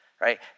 right